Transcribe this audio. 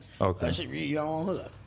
Okay